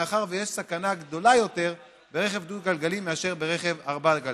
מאחר שיש סכנה גדולה יותר ברכב דו-גלגלי מאשר ברכב ארבע-גלגלי.